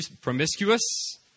promiscuous